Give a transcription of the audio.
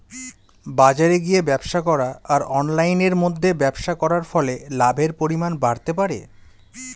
বাজারে গিয়ে ব্যবসা করা আর অনলাইনের মধ্যে ব্যবসা করার ফলে লাভের পরিমাণ বাড়তে পারে?